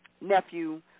nephew